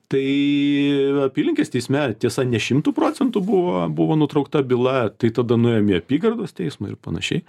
tai apylinkės teisme tiesa ne šimtu procentų buvo buvo nutraukta byla tai tada nuėjom į apygardos teismą ir panašiai